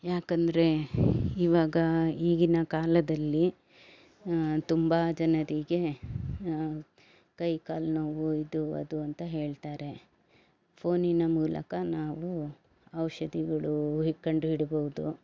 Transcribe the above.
ಯಾಕಂದರೆ ಇವಾಗ ಈಗಿನ ಕಾಲದಲ್ಲಿ ತುಂಬ ಜನರಿಗೆ ಕೈಕಾಲು ನೋವು ಇದು ಅದು ಅಂತ ಹೇಳ್ತಾರೆ ಫೋನಿನ ಮೂಲಕ ನಾವು ಔಷಧಿಗಳು ಹೀಗೆ ಕಂಡುಹಿಡೀಬವ್ದು